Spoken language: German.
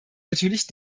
natürlich